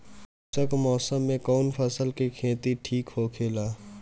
शुष्क मौसम में कउन फसल के खेती ठीक होखेला?